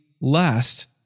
last